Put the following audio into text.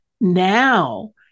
now